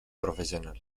profesional